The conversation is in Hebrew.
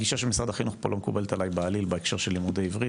הגישה של משרד החינוך פה לא מקובלת עליי בעליל בהקשר של לימודי עברית,